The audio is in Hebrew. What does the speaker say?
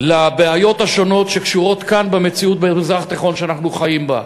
בין הבעיות השונות שקשורות כאן במציאות במזרח התיכון שאנחנו חיים בה.